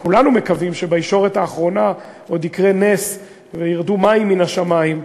כולנו מקווים שבישורת האחרונה עוד יקרה נס ועוד ירדו מים מן השמים.